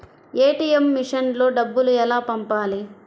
ATM మెషిన్లో డబ్బులు ఎలా పంపాలి?